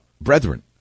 brethren